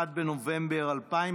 1 בנובמבר 2021,